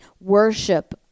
worship